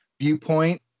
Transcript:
viewpoint